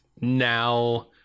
now